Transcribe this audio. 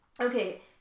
Okay